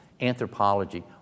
anthropology